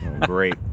Great